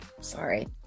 Sorry